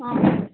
ହଁ